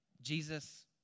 Jesus